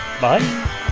bye